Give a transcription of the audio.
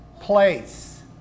place